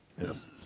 Yes